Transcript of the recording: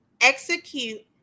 Execute